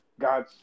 God's